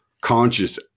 conscious